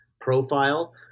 profile